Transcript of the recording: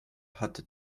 hatte